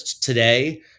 today